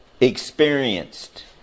Experienced